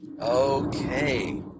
Okay